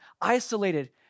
isolated